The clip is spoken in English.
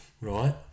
Right